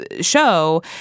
show